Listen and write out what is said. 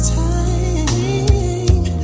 time